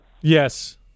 Yes